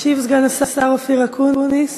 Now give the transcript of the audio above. ישיב סגן השר אופיר אקוניס